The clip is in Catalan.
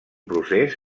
procés